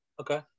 Okay